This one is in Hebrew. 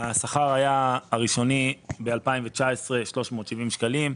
השכר הראשוני ב-2019 היה 370 שקלים.